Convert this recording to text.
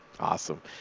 Awesome